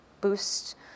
boost